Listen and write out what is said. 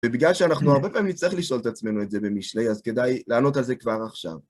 ובגלל שאנחנו הרבה פעמים נצטרך לשאול את עצמנו את זה במשלי, אז כדאי לענות על זה כבר עכשיו.